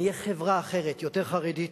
נהיה חברה אחרת, יותר חרדית,